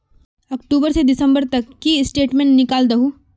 अक्टूबर से दिसंबर तक की स्टेटमेंट निकल दाहू?